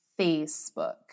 Facebook